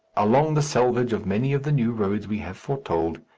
along the selvage of many of the new roads we have foretold,